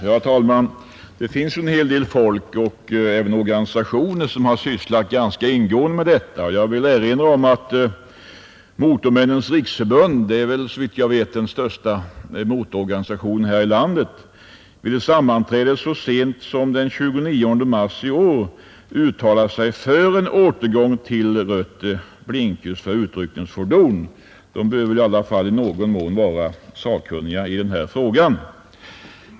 Herr talman! Det finns en hel del folk och även organisationer som sysslat ganska ingående med detta. Jag vill erinra om att Motormännens riksförbund — den såvitt jag vet största motororganisationen här i landet — vid ett sammanträde så sent som den 29 mars i år uttalade sig för en återgång till rött blinkljus för utryckningsfordon. Denna organisation bör vara sakkunnig i den här frågan.